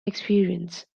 experience